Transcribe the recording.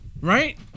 Right